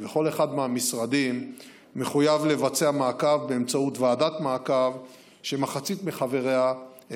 וכל אחד מהמשרדים מחויב לבצע מעקב באמצעות ועדת מעקב שמחצית מחבריה הם